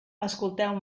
escolteu